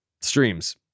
streams